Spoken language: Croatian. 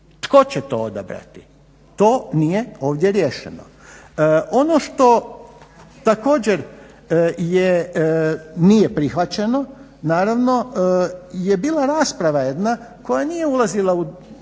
Tko će to odabrati? To nije ovdje riješeno. Ono što, također nije prihvaćeno, naravno je bila rasprava jedna koja nije ulazila u